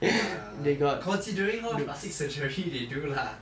ya considering how much plastic surgery they do lah